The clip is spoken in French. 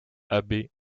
abbés